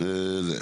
התשפ"ג-2023 .